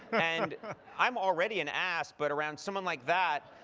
and i'm already an ass, but around someone like that,